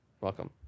Welcome